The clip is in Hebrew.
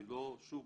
ושוב,